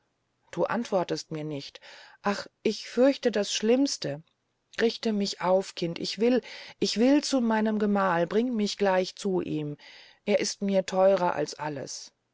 du antwortest mir nicht ach ich fürchte das schlimmste richtet mich auf kinder ich will ich will zu meinem gemahl bringt mich gleich zu ihm er ist mir theurer als alles